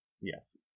Yes